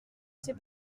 sais